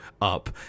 up